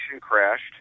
crashed